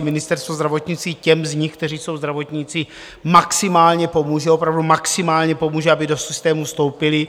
Ministerstvo zdravotnictví těm z nich, kteří jsou zdravotníci, maximálně pomůže, opravdu maximálně pomůže, aby do systému vstoupili.